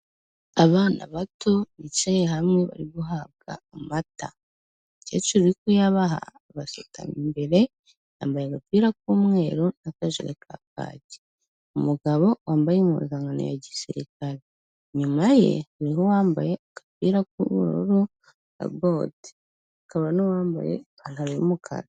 Abana bato bicaye hamwe bari guhabwa amata, umukecuru uri kuyabaha abasutamye imbere, yambaye agapira k'umweru n'akajire ka kaki, umugabo wambaye impuzankano ya gisirikare, inyuma ye hariho uwambaye agapira k'ubururu na bote, hakaba n'uwambaye ipantaro y'umukara.